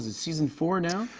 season four now?